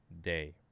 day